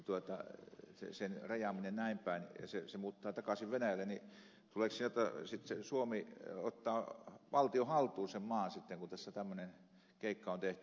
miten tapahtuu sen rajaaminen näinpäin jos hän muuttaakin takaisin venäjälle ottaako suomi valtion haltuun sen maan sitten kun tässä tämmöinen keikka on tehty